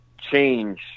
change